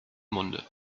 munde